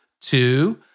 two